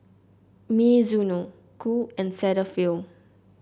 Mizuno Qoo and Cetaphil